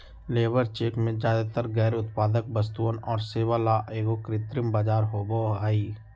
labour check में ज्यादातर गैर उत्पादक वस्तुअन और सेवा ला एगो कृत्रिम बाजार होबा हई